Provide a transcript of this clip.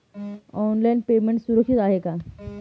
Online payment सुरक्षित आहे का?